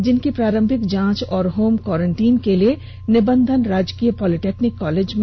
जिनकी प्रारंभिक जांच और होम क्वारंटाइन के लिए निबंधन राजकीय पॉलिटेक्निक कॉलेज में किया गया